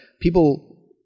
people